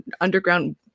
underground